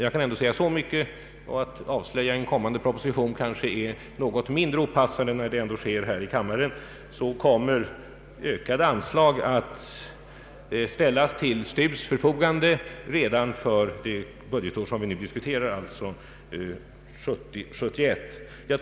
Jag kan ändå säga så mycket — och att avslöja en kommande proposition kanske anses något mindre opassande när det sker här i kammaren — att ökade anslag kommer att ställas till STU:s förfogande för detta ändamål redan för det budgetår som vi nu diskuterar, alltså 1970/71.